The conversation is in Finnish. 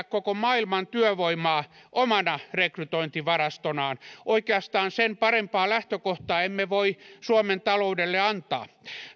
koko maailman työvoimaa omana rekrytointivarastonaan oikeastaan sen parempaa lähtökohtaa emme voi suomen taloudelle antaa